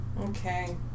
Okay